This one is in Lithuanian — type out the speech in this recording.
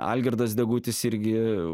algirdas degutis irgi